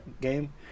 game